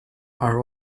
are